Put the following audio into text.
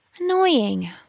Annoying